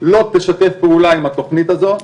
לא תשתף פעולה עם התכנית הזו,